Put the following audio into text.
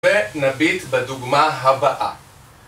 ונביט בדוגמה הבאה